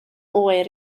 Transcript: oer